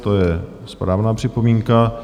To je správná připomínka.